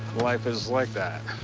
life is like that.